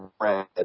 red